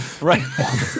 Right